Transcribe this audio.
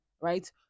right